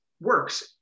works